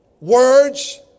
words